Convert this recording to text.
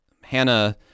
Hannah